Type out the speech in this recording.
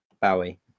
Bowie